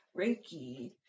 reiki